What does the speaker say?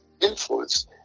influence